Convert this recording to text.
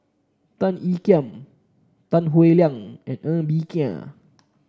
Tan Ean Kiam Tan Howe Liang and Ng Bee Kia